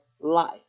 life